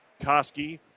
Koski